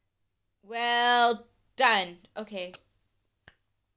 well done okay